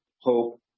hope